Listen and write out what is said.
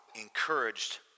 encouraged